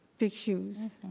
big shoes,